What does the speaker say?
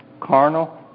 carnal